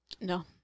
No